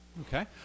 Okay